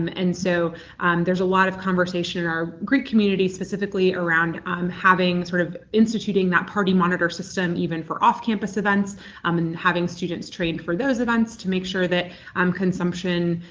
um and so there's a lot of conversation in our greek community specifically around um having sort of instituting that party monitor system even for off-campus events um and having students trained for those events to make sure that um consumption